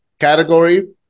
category